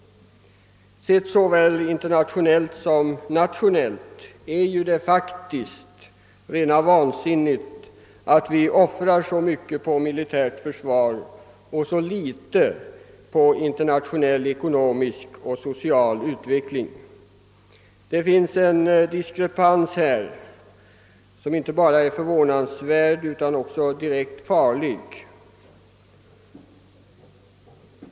Sett såväl internationellt som nationellt är det ju faktiskt rena vansinnet att vi offrar så mycket på militärt försvar och så litet på internationell ekonomisk och social utveckling. Det finns en diskrepans här som inte bara är förvånansvärd utan direkt farlig.